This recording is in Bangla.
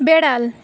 বেড়াল